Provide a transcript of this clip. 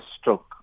stroke